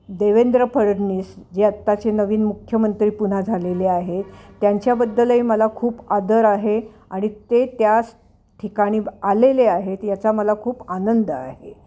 देवेंद्र फडणवीस जे आत्ताचे नवीन मुख्यमंत्री पुन्हा झालेले आहेत त्यांच्याबद्दलही मला खूप आदर आहे आणि ते त्यास ठिकाणी आलेले आहेत याचा मला खूप आनंद आहे